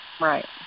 Right